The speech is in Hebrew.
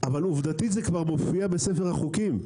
אבל עובדתית זה כבר מופיע בספר החוקים.